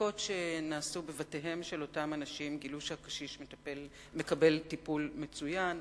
הבדיקות שנעשו בבתיהם של אותם אנשים גילו שהקשיש מקבל טיפול מצוין,